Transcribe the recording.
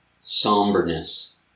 somberness